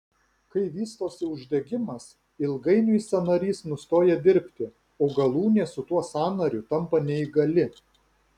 kai vystosi uždegimas ilgainiui sąnarys nustoja dirbti o galūnė su tuo sąnariu tampa neįgali